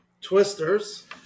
Twisters